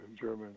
German